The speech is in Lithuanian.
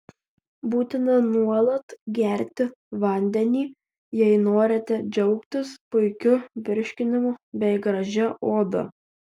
būtina nuolat gerti vandenį jei norite džiaugtis puikiu virškinimu bei gražia oda